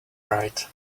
right